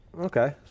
Okay